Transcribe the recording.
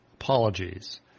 apologies